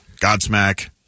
Godsmack